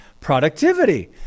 productivity